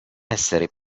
essere